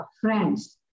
friends